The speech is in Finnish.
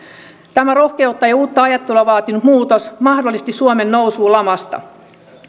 tämä rohkeutta ja uutta ajattelua vaatinut muutos mahdollisti suomen nousun lamasta viiden